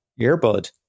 earbud